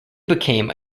became